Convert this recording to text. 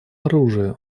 оружия